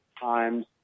times